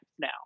now